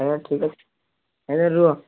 ହେଉ ଆଜ୍ଞା ଠିକ୍ ଅଛି ଆଜ୍ଞା ରୁହ